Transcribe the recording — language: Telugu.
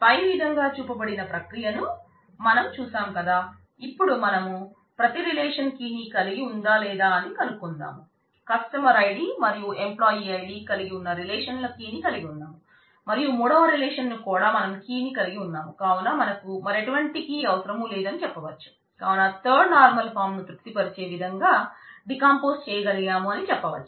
పై విధంగా చూపబడిన ప్రక్రియను మనం చూసాం కదా ఇపుడు మనం ప్రతి రిలేషన్ చేయగలిగాం అని చెప్పవచ్చు